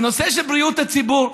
בנושא של בריאות הציבור,